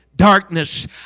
Darkness